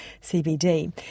CBD